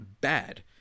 bad